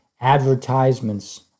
advertisements